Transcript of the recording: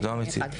זאת המציאות.